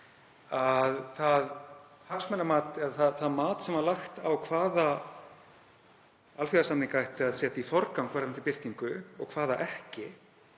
að það mat sem var lagt á hvaða alþjóðasamninga ætti að setja í forgang varðandi birtingu og hvaða ekki